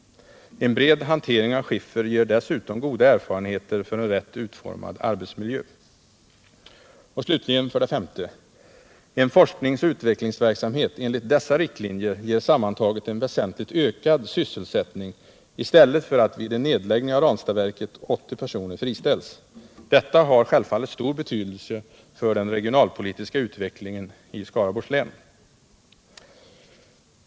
En bred hantering av skiffer ger dessutom goda erfarenheter för en rätt utformad arbetsmiljö. 5. En forskningsoch utvecklingsverksamhet enligt dessa riktlinjer ger sammantaget en väsentligt ökad sysselsättning i stället för att vid en nedläggning av Ranstadsverket 80 personer friställs. Detta har självfallet stor betydelse för den regionalpolitiska utvecklingen inom Skaraborgs län.